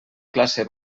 classe